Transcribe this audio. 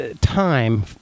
time